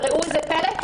וראו זה פלא,